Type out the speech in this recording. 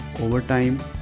overtime